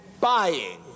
buying